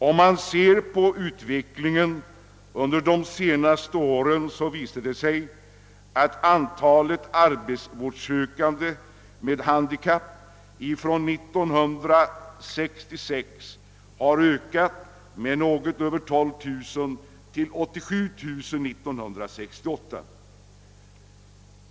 Om man ser på utvecklingen under de senaste åren, visar det sig att antalet arbetsvårdssökande med handikapp från år 1966 har ökat med något över 12 000 till 87 000 år 1968.